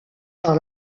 par